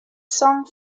song